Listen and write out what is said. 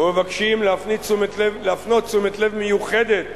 ומבקשים להפנות תשומת לב מיוחדת